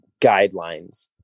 guidelines